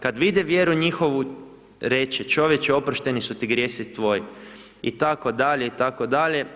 Kad vide vjeru njihovu reče, čovječe oprošteni su ti grijesi tvoji.“ itd. itd.